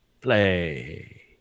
play